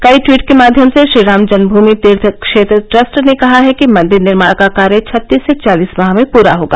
कई टवीट के माध्यम से श्रीराम जन्मभूमि तीर्थ क्षेत्र ट्रस्ट ने कहा है कि मंदिर निर्माण का कार्य छत्तीस से चालीस माह में पूरा होगा